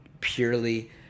purely